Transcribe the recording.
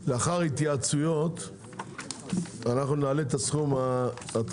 לאחר התייעצויות אנחנו נעלה את הסכום ההתחלתי,